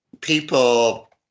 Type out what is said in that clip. people